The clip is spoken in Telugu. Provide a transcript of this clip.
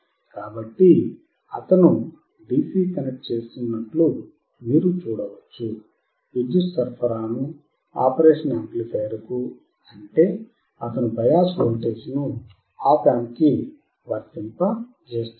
కాబట్టి అతను DC కనెక్ట్ చేస్తున్నట్లు మీరు చూడవచ్చు విద్యుత్ సరఫరాను ఆపరేషనల్ యాంప్లిఫైయర్కు అంటే అతను బయాస్ వోల్టేజ్ను ఆప్ యాంప్ కి వర్తింపజేస్తున్నాడు